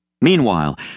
Meanwhile